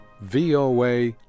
VOA